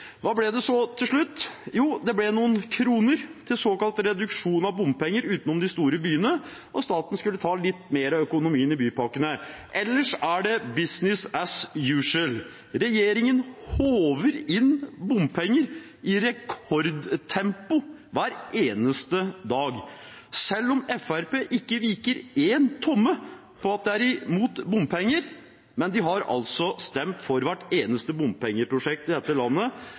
Hva ble det så til slutt? Jo, det ble noen kroner til såkalt reduksjon i bompenger utenom de store byene, og staten skulle ta litt mer av økonomien i bypakkene. Ellers er det business as usual. Regjeringen håver inn bompenger i rekordtempo hver eneste dag. Selv om Fremskrittspartiet ikke viker en tomme på at de er imot bompenger, har de altså stemt for hvert eneste bompengeprosjekt i dette landet